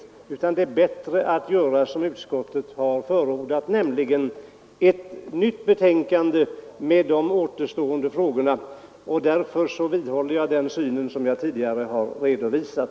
Det är alltså bättre att göra som utskottet har förordat, nämligen ta upp de återstående frågorna i ett nytt betänkande. Därför vidhåller jag den syn som jag tidigare har redovisat.